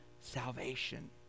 salvation